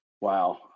Wow